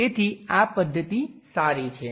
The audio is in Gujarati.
તેથી આ પદ્ધતિ સારી છે